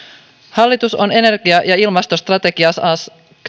hallitus on energia ja ilmastostrategiassaan